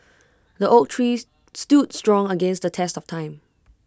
the oak tree stood strong against the test of time